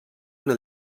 una